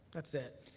that's it.